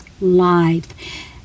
life